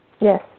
yes